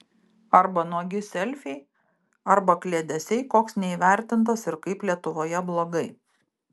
arba nuogi selfiai arba kliedesiai koks neįvertintas ir kaip lietuvoje blogai